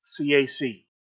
CAC